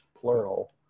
plural